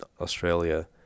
Australia